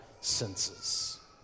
senses